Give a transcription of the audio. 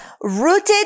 Rooted